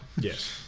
Yes